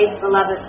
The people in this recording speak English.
beloved